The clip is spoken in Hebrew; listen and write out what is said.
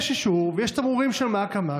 יש אישור, ויש תמרורים של 100 קמ"ש.